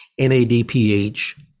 NADPH